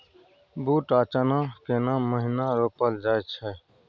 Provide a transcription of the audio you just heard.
बूट आ चना केना महिना रोपल जाय छै?